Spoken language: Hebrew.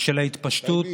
של ההתפשטות